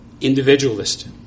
individualist